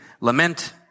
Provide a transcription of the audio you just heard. lament